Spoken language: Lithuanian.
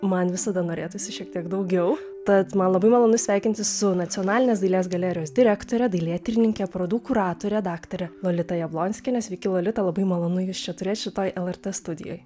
man visada norėtųsi šiek tiek daugiau tad man labai malonu sveikinti su nacionalinės dailės galerijos direktore dailėtyrininke parodų kuratore daktare lolita jablonskiene sveiki lolita labai malonu jus čia turėt šitoj lrt studijoj